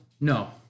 No